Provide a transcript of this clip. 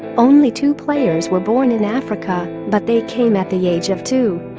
only two players were born in africa, but they came at the age of two.